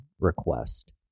request